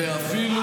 ואפילו,